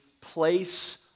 place